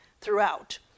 throughout